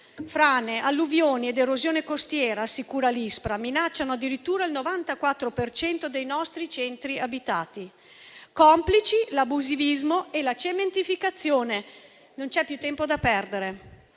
Frane, alluvioni ed erosione costiera, assicura l'ISPRA, minacciano addirittura il 94 per cento dei nostri centri abitati, complici l'abusivismo e la cementificazione. Non c'è più tempo da perdere.